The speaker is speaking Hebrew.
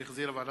הצעת חוק הגנת